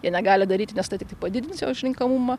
jie negali daryti nes tai tiktai padidins jo išrenkamumą